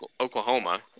Oklahoma